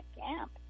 camp